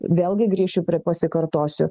vėlgi grįšiu prie pasikartosiu